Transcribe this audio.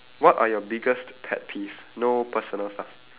what are your biggest pet peeve no personal stuff